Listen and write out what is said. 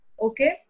okay